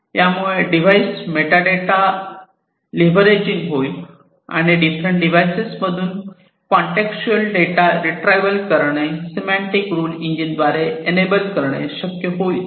यामुळे device meta data leveraging होईल आणि डिफरंट डिव्हाइसेस मधून कॉन्टेक्सतुअल डेटा रीट्रॅव्हल करणे सिमेंटिक रुल इंजिन द्वारे एनबल करणे शक्य होईल